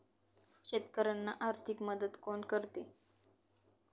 शेतकऱ्यांना आर्थिक मदत कोण करते?